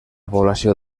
població